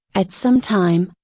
at some time,